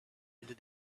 into